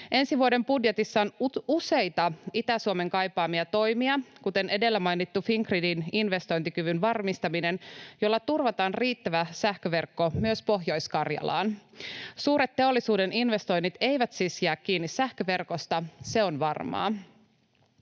Ensi vuoden budjetissa on useita Itä-Suomen kaipaamia toimia, kuten edellä mainittu Fingridin investointikyvyn varmistaminen, jolla turvataan riittävä sähköverkko myös Pohjois-Karjalaan. Suuret teollisuuden investoinnit eivät siis jää kiinni sähköverkosta. Se on varmaa.